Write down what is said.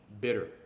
bitter